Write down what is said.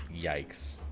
yikes